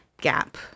gap